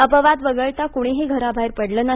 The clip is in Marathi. अपवाद वगळता कुणीही घराबाहेर पडलं नाही